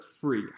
free